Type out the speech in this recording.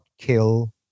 kill